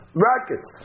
brackets